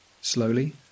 Slowly